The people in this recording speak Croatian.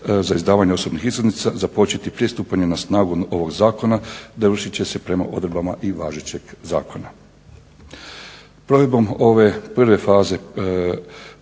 za izdavanje osobnih iskaznica započeti prije stupanja na snagu ovog zakona dovršit će se prema odredbama i važećeg zakona.